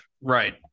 Right